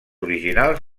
originals